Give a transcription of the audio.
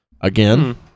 again